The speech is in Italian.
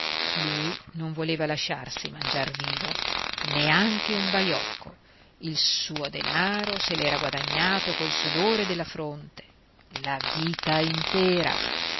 lui non voleva lasciarsi mangiar vivo neanche un baiocco il suo denaro se l'era guadagnato col sudore della fronte la vita intera